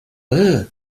brrr